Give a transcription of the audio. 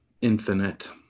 infinite